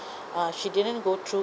uh she didn't go through